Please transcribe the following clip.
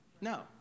No